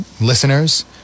listeners